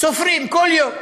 סופרים כל יום,